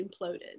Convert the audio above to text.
imploded